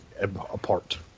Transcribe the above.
apart